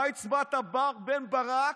מה הצבעת, מר בן ברק?